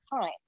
time